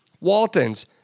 Walton's